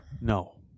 No